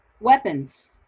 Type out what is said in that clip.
weapons